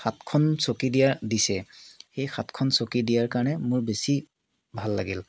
সাতখন চকী দিয়া দিছে সেই সাতখন চকী দিয়াৰ কাৰণে মোৰ বেছি ভাল লাগিল